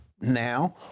Now